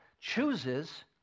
chooses